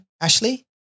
Ashley